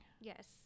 Yes